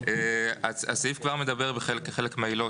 הסעיף כבר מדבר כחלק מהעילות,